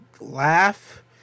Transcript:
laugh